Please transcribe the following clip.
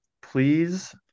Please